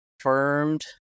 confirmed